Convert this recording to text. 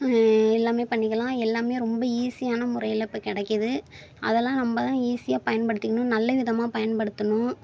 எல்லாமே பண்ணிக்கலாம் எல்லாமே ரொம்ப ஈஸியான முறையில் இப்போ கிடைக்கிது அதெல்லாம் நம்ம தான் ஈஸியாக பயன்படுத்திக்கணும் நல்லவிதமாக பயன்படுத்தணும்